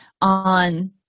on